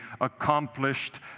accomplished